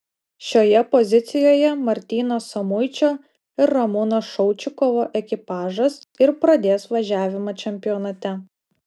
šioje pozicijoje martyno samuičio ir ramūno šaučikovo ekipažas ir pradės važiavimą čempionate